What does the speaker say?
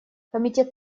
комитет